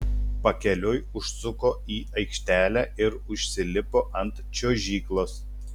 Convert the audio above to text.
pakeliui užsuko į aikštelę ir užsilipo ant čiuožyklos